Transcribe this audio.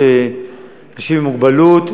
הנציבות לאנשים עם מוגבלות.